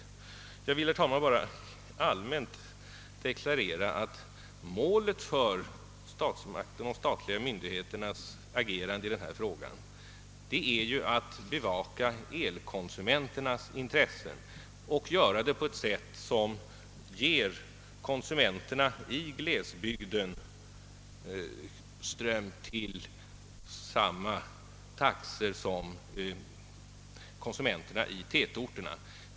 Sedan vill jag, herr talman, bara allmänt deklarera, att målet för statsmakternas och de statliga myndigheternas agerande i denna fråga är att bevaka elkonsumenternas intressen, och göra det på ett sätt som ger konsumenterna i glesbygden ström till samma taxor som till konsumenterna i tätorterna.